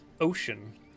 ocean